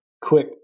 quick